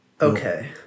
Okay